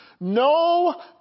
no